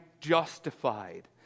justified